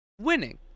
winning